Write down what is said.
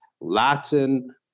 Latin